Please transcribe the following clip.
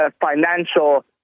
financial